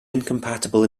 incompatible